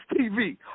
TV